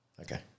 Okay